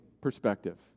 perspective